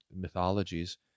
mythologies